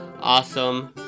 awesome